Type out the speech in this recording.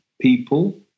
people